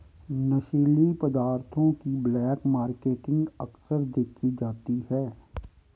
नशीली पदार्थों की ब्लैक मार्केटिंग अक्सर देखी जाती है